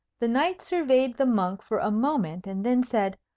the knight surveyed the monk for a moment, and then said,